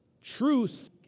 truth